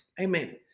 Amen